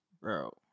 Bro